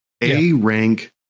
A-rank